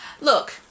Look